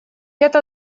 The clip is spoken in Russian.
это